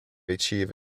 achieve